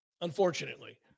unfortunately